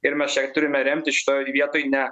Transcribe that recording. ir mes čia turime remtis šitoj vietoj ne